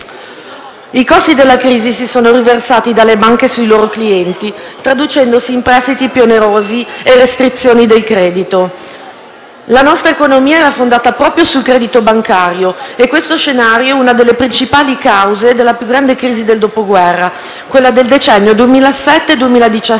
I costi della crisi sono stati riversati dalle banche sui loro clienti e si sono tradotti in prestiti più onerosi e restrizioni del credito. La nostra economia era fondata proprio sul credito bancario e questo scenario è una delle principali cause della più grande crisi del dopoguerra, quella del decennio 2007-2017,